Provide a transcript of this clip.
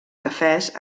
cafès